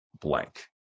blank